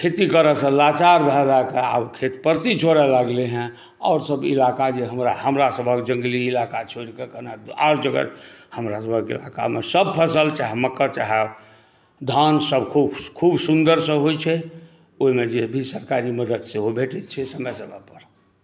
खेती करै सँ लाचार भऽ भऽ कऽ आब खेत परती छोड़ए लगलै हँ आओरसभ इलाक़ा जे हमरासभक जंगली इलाक़ा छोड़िक़ऽ ओना तऽ आर जगह हमरासभके इलाक़ामे सभ फसल चाहे मक्का चाहे धानसभ खूब सुन्दरसँ होइ छै ओहिमे जे भी सरकारी मदद सेहो भेटै छै समय समयपर